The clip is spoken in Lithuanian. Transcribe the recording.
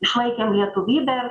išlaikėm lietuvybę